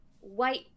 white